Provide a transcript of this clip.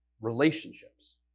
relationships